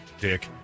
dick